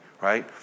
right